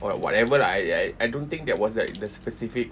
or like whatever lah I I don't think that was like the specific